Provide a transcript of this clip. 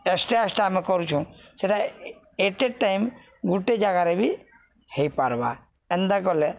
extra extra ଆମେ କରୁଛୁଁ ସେଟା ଏଟେ ଟାଇମ୍ ଗୋଟେ ଜାଗାରେ ବି ହେଇପାର୍ବା ଏନ୍ତା କଲେ